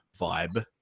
vibe